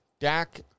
Dak